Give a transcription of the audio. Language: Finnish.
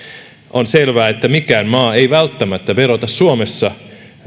on selvää että mikään maa ei välttämättä verota suomessa